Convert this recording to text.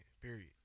period